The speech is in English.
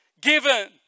given